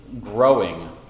growing